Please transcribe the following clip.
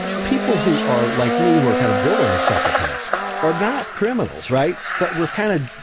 people who are like me who are kind of borderline psychopaths are not criminals, right? but we're kind of,